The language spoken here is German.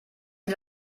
sie